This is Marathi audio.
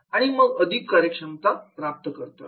आणि मग अधिक कार्यक्षमता प्राप्त करतात